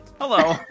Hello